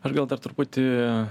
aš gal dar truputį